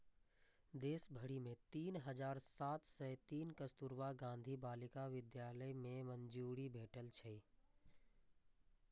देश भरि मे तीन हजार सात सय तीन कस्तुरबा गांधी बालिका विद्यालय कें मंजूरी भेटल छै